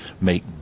make